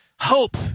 Hope